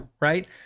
right